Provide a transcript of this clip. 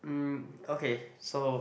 mm okay so